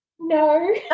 No